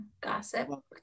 Gossip